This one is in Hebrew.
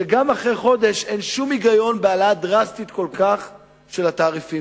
שגם אחרי חודש אין שום היגיון בהעלאה דרסטית כל כך של התעריפים.